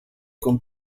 con